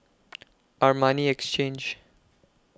Armani Exchange